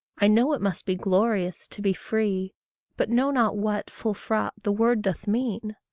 i know it must be glorious to be free but know not what, full-fraught, the word doth mean.